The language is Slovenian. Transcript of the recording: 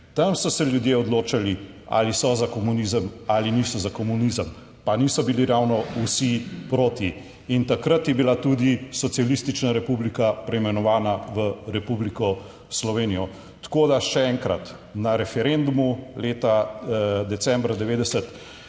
tam so se ljudje odločali, ali so za komunizem ali niso za komunizem, pa niso bili ravno vsi proti, in takrat je bila tudi socialistična republika preimenovana v Republiko Slovenijo, tako da še enkrat na referendumu leta decembra 1990,